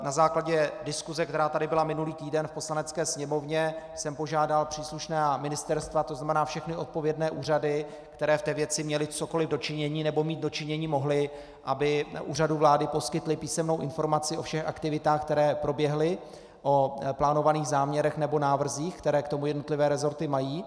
Na základě diskuse, která tady byla minulý týden v Poslanecké sněmovně, jsem požádal příslušná ministerstva, tzn. všechny odpovědné úřady, které v té věci měly cokoli do činění nebo mít do činění mohly, aby Úřadu vlády poskytly písemnou informaci o všech aktivitách, které proběhly, o plánovaných záměrech nebo návrzích, které k tomu jednotlivé resorty mají.